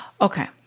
Okay